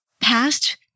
past